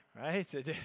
right